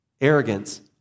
Arrogance